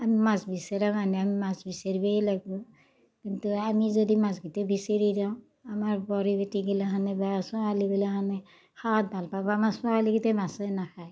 আমি মাছ বিচৰা মানুহ আমি মাছ বিচাৰিবই লাগিব কিন্তু আমি যদি মাছ গিটা বিচাৰি যাওঁ আমাৰ বোৱাৰী বেটীগিলাখানে বা ছোৱালীগিলাখানে খোৱাত ভাল পাব আমাৰ ছোৱালীগিটাই মাছেই নাখায়